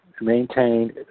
maintained